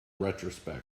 retrospect